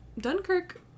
Dunkirk